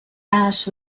ash